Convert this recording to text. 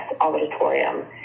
auditorium